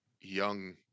young